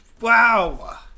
Wow